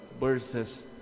verses